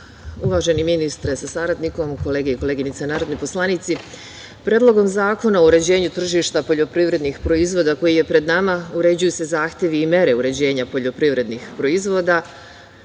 Uvaženi ministre sa saradnikom, kolege i koleginice narodni poslanici, Predlogom zakona o uređenju tržišta poljoprivrednih proizvoda, koji je pred nama, uređuju se zahtevi i mere uređenja poljoprivrednih proizvoda,